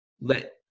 let